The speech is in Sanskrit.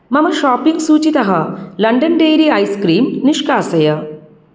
मम शापिङ्ग् सूचीतः लण्डन् डैरी ऐस्क्रीं निष्कासय